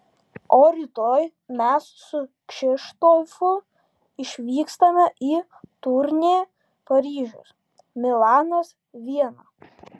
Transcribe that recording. o rytoj mes su kšištofu išvykstame į turnė paryžius milanas viena